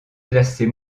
classée